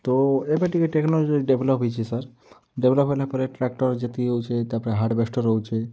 ତ ଏବେ ଟିକେ ଟେକ୍ନୋଲୋଜି ଡେଭ୍ଲପ୍ ହେଇଛେ ସାର୍ ଡେଭ୍ଲପ୍ ହେଲା ପରେ ଟ୍ରାକ୍ଟର୍ ଯେତ୍କି ଅଉଛି ତାପରେ ହାର୍ଭେଷ୍ଟର୍ ଅଉଛେ